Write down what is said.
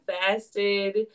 fasted